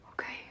Okay